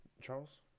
charles